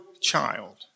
child